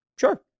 Sure